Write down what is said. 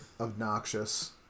obnoxious